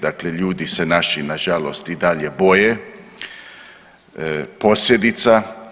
Dakle, ljudi se naši na žalost i dalje boje posljedica.